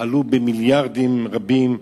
עלו במיליארדים רבים,